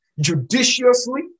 judiciously